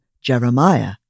Jeremiah